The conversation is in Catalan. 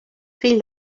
fill